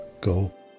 Go